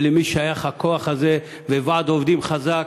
למי שייך הכוח הזה, ועד עובדים חזק.